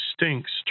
stinks